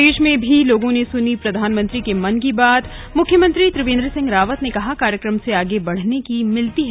प्रदेश में भी लोगों ने सुनी प्रधानमंत्री के मन की बात मुख्यमंत्री त्रिवेन्द्र सिंह रावत ने कहा कार्यक्रम से आगे बढने की प्रेरणा मिलती है